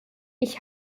ich